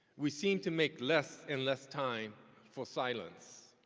we seem to make less and less time for silence.